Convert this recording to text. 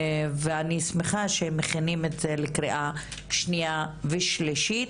ואני שמחה שמכינים את זה לקריאה שניה ושלישית,